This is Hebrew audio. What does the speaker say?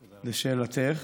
לשאלתך,